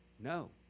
No